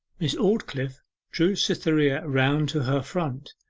miss aldclyffe drew cytherea round to her front,